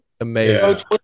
Amazing